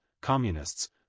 Communists